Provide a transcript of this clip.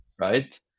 right